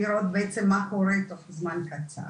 לראות בעצם מה קורה תוך זמן קצר.